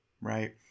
right